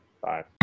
Bye